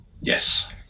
Yes